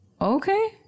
okay